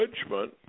judgment